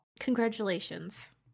Congratulations